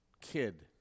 kid